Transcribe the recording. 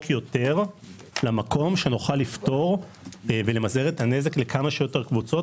יותר למקום שנוכל לפטור ולמזער את הנזק לכמה שיותר קבוצות.